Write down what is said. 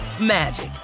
magic